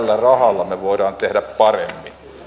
siihen mitä me voimme tällä rahalla tehdä paremmin